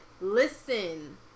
listen